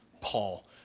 Paul